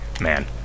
Man